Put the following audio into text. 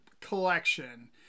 collection